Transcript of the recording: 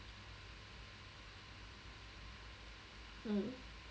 mm